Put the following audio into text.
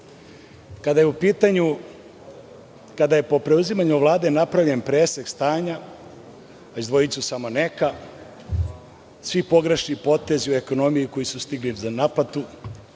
je po preuzimanju Vlade napravljen presek stanja, izdvojiću samo neka, svi pogrešni potezi u ekonomiji koji su stigli za naplatu